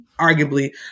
arguably